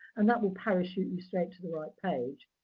and that will parachute you straight to the right page.